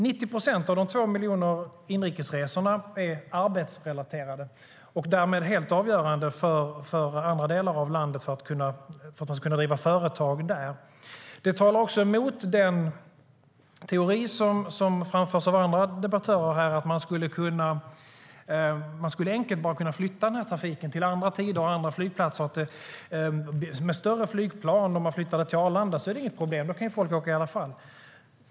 90 procent av de 2 miljoner inrikesresorna är arbetsrelaterade och därmed helt avgörande för att kunna driva företag i andra delar av landet. Det talar också emot den teori som framförs av andra debattörer här, att man enkelt skulle kunna flytta trafiken till andra tider och andra flygplatser. Att flytta trafik med större flygplan till Arlanda är inget problem. Då kan ju folk åka i alla fall.